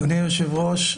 אדוני היו"ר,